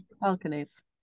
balconies